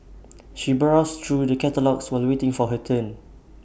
she browsed through the catalogues while waiting for her turn